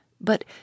but